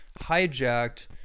hijacked